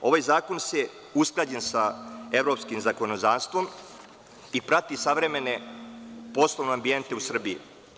Ovaj zakon je usklađen sa evropskim zakonodavstvom i prati savremene poslovne ambijente u Srbiji.